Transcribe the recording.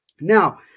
Now